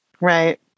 Right